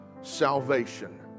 salvation